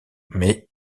mais